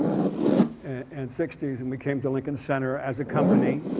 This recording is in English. and sixty s. and we came to lincoln center as a company.